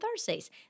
Thursdays